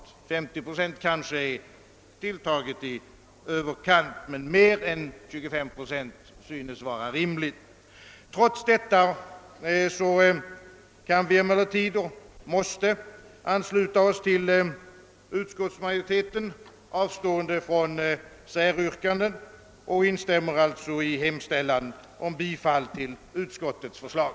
Kanske är 50 procent tilltaget i överkant, men en andel av mer än 25 procent synes vara rimlig. Trots detta måste vi emellertid ansluta oss till utskottsmajoriteten, avstående från säryrkanden, och jag instämmer alltså i hemställan om bifall till utskottets förslag.